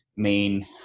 main